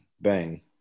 Bang